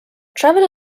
travel